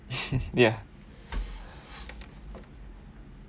ya